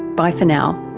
bye for now